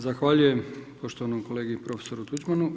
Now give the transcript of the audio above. Zahvaljujem poštovanom kolegi i profesoru Tuđmanu.